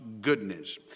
goodness